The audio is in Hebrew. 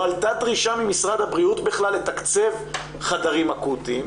עלתה דרישה ממשרד הבריאות בכלל לתקצב חדרים אקוטיים,